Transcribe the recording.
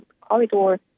corridor